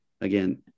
again